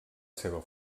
seva